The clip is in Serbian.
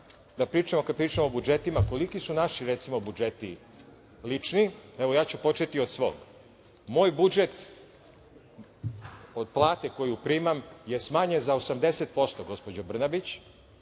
malo nama, kada pričamo o budžetima, koliki su naši budžeti lični. Ja ću početi od svog. Moj budžet od plate koju primam je smanjen za 80%, gospođo Brnabić,